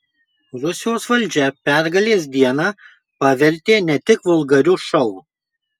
rusijos valdžia pergalės dieną pavertė ne tik vulgariu šou